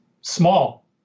small